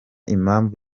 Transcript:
impamvu